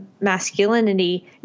masculinity